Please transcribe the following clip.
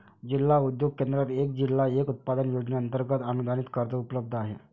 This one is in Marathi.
जिल्हा उद्योग केंद्रात एक जिल्हा एक उत्पादन योजनेअंतर्गत अनुदानित कर्ज उपलब्ध आहे